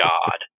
God